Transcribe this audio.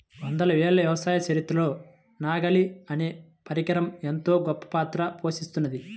వందల ఏళ్ల వ్యవసాయ చరిత్రలో నాగలి అనే పరికరం ఎంతో గొప్పపాత్ర పోషిత్తున్నది